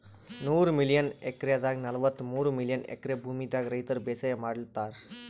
ನೂರ್ million ಎಕ್ರೆದಾಗ್ ನಲ್ವತ್ತಮೂರ್ million acre ಭೂಮಿದಾಗ್ ರೈತರ್ ಬೇಸಾಯ್ ಮಾಡ್ಲತಾರ್